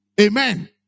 Amen